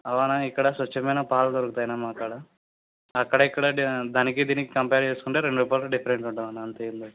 ఔను అన్న ఇక్కడ స్వచ్ఛమైన పాలు దొరుకుతాయి అన్న మా కాడా అక్కడ ఇక్కడ దా దానికి దీనికి కంపేర్ చేసుకుంటే రెండు రూపాయలు డిఫరెన్స్ ఉంటుంది అన్న అంతే ఏంలేదు